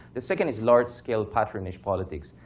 the second is large scale patronage politics,